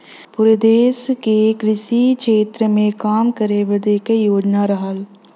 पुरे देस के कृषि क्षेत्र मे काम करे बदे क योजना रहल